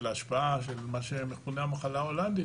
מה שמכונה המחלה ההולנדית,